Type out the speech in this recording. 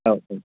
औ औ